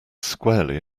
squarely